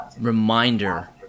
reminder